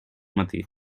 matí